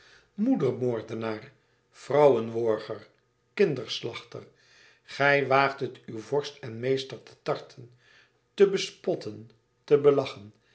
moedermoordenaar vrouwenworger kinderslachter gij waagt het uw vorst en meester te tarten te bespotten te